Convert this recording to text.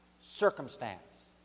circumstance